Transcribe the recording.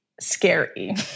scary